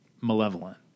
malevolent